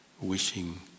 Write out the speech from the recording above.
wishing